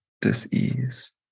dis-ease